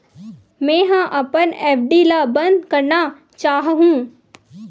मेंहा अपन एफ.डी ला बंद करना चाहहु